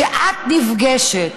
כשאת נפגשת